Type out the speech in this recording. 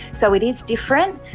so it is different,